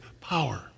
Power